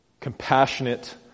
compassionate